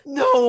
no